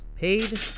Paid